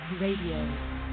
Radio